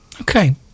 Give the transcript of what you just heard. Okay